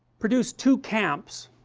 produce two camps